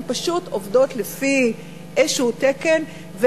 הן פשוט עובדות לפי איזה תקן,